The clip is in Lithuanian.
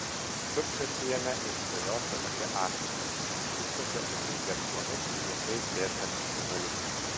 supsiuosi jame ir svajosiu apie afriką šypsosi ateities planus juokais dėstanti žurnalistė